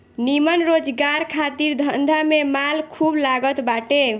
निमन रोजगार खातिर धंधा में माल खूब लागत बाटे